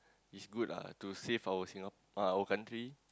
it's good lah to save our Singap~ our country